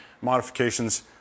modifications